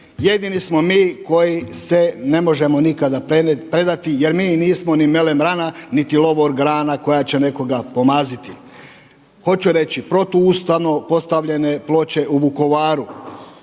Jedini smo mi koji se ne možemo nikada predati, jer mi nismo ni melem rana, niti lovor grana koja će nekoga pomaziti. Hoću reći protuustavno postavljene ploče u Vukovaru.